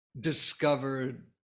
discovered